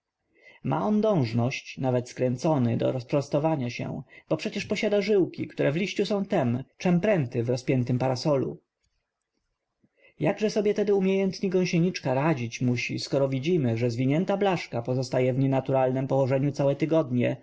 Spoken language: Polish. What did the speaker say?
ma on dążność nawet skręcony do rozprostowania się bo przecież posiada żyłki które w liściu są tem czem pręty w rozpiętym parasolu jakże sobie tedy umiejętnie gąsieniczka radzić musi skoro widzimy że zwinięta blaszka pozostaje w nienaturalnem położeniu całe tygodnie